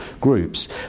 groups